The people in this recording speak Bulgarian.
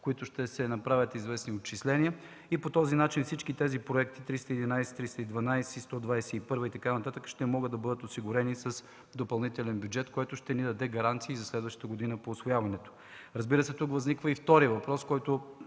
които ще се направят известни отчисления. По този начин всички тези проекти – 311, 312, 121 и така нататък, ще могат да бъдат осигурени с допълнителен бюджет, което ще ни даде гаранции по усвояването за следващата година. Разбира се, тук възниква и вторият въпрос, а той